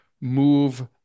move